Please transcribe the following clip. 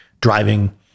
driving